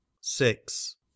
six